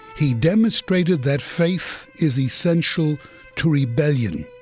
he demonstrated that faith is essential to rebellion,